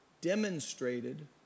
demonstrated